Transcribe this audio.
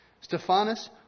Stephanus